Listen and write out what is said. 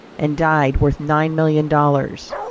and died worth nine million dollars.